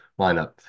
lineup